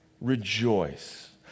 rejoice